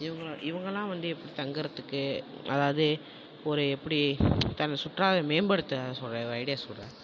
இவங்கலாம் இவங்கள்லாம் வந்து இப்போ தங்கறத்துக்கு அதாவது ஒரு எப்படி தங் சுற்றா மேம்படுத்த சொல்லுற ஒரு ஐடியா சொல்லுறாங்க